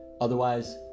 Otherwise